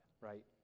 right